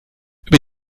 über